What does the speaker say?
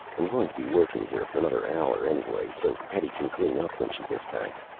i'm going to be working here for another hour anyway so hetty can clean up when she gets back.